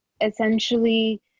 essentially